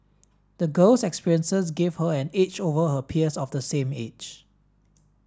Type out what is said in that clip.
the girl's experiences gave her an edge over her peers of the same age